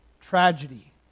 tragedy